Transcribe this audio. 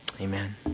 Amen